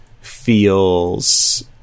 feels